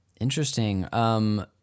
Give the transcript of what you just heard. Interesting